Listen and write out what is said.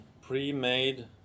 pre-made